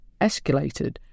escalated